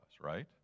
right